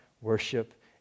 worship